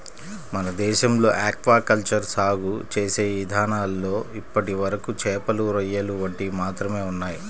మన దేశంలో aqua culture సాగు చేసే ఇదానాల్లో ఇప్పటివరకు చేపలు, రొయ్యలు వంటివి మాత్రమే ఉన్నయ్